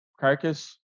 carcass